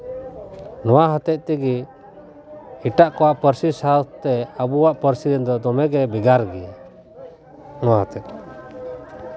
ᱱᱚᱣᱟ ᱦᱚᱛᱮᱫ ᱛᱮᱜᱮ ᱮᱴᱟᱜ ᱠᱚᱣᱟᱜ ᱯᱟᱹᱨᱥᱤ ᱥᱟᱶᱛᱮ ᱟᱵᱚᱣᱟᱜ ᱯᱟᱹᱨᱥᱤ ᱫᱚ ᱫᱚᱢᱮ ᱜᱮ ᱵᱷᱮᱜᱟᱨ ᱜᱮᱭᱟ ᱚᱱᱟᱛᱮ